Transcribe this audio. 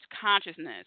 consciousness